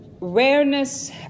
awareness